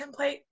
template